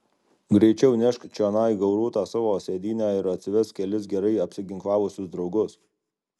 greičiau nešk čionai gauruotą savo sėdynę ir atsivesk kelis gerai apsiginklavusius draugus